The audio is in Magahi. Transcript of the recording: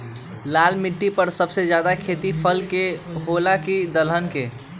लाल मिट्टी पर सबसे ज्यादा खेती फल के होला की दलहन के?